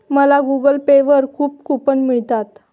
मला Google Pay वर खूप कूपन मिळतात